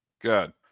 Good